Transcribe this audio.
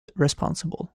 responsible